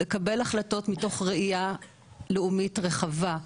לקבל החלטות מתוך ראייה לאומית רחבה,